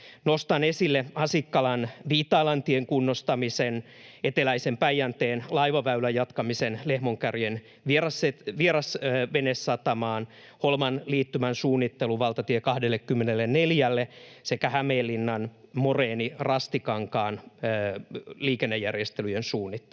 Nostan esille Asikkalan Viitailantien kunnostamisen, eteläisen Päijänteen laivaväylän jatkamisen Lehmonkärjen vierasvenesatamaan, Holman liittymän suunnittelun valtatie 24:lle sekä Hämeenlinnan Moreeni-Rastikankaan liikennejärjestelyjen suunnittelun.